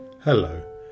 Hello